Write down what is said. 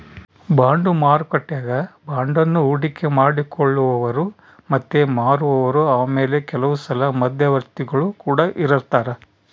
bond ಮಾರುಕಟ್ಟೆಗ ಬಾಂಡನ್ನ ಹೂಡಿಕೆ ಮಾಡಿ ಕೊಳ್ಳುವವರು ಮತ್ತೆ ಮಾರುವವರು ಆಮೇಲೆ ಕೆಲವುಸಲ ಮಧ್ಯವರ್ತಿಗುಳು ಕೊಡ ಇರರ್ತರಾ